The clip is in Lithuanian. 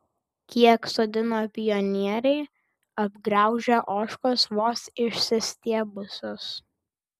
kiek sodino pionieriai apgraužia ožkos vos išsistiebusius